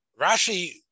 Rashi